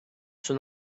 son